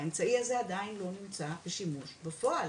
והאמצעי הזה עדיין לא נמצא בשימוש בפועל.